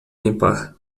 limpar